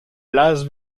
las